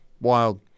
wild